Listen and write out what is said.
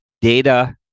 data